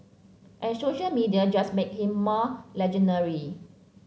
and social media just make him more legendary